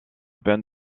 peine